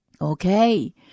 Okay